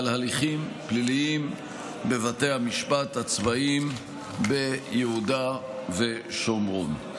הליכים פליליים בבתי המשפט הצבאיים ביהודה ושומרון.